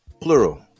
plural